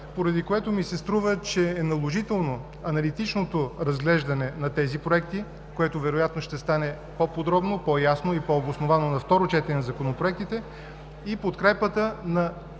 поради което ми се струва наложително аналитичното разглеждане на тези проекти, което вероятно ще стане по-подробно, по-ясно и по-обосновано на второ четене на законопроектите и подкрепата на